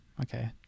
okay